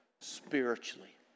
spiritually